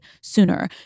sooner